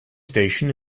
station